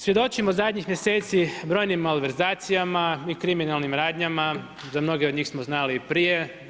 Svjedočimo zadnjih mjeseci brojnim malverzacijama i kriminalnim radnjama za mnoge od njih smo znali i prije.